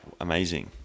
Amazing